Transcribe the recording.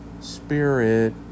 Spirit